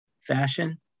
fashion